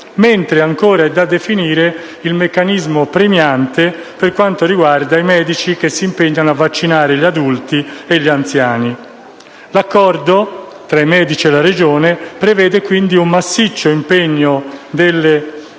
mentre è ancora da definire il meccanismo premiante per quanto riguarda i medici che si impegnano a vaccinare gli adulti e gli anziani. L'accordo tra i medici e la Regione prevede quindi un massiccio impegno delle